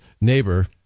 neighbor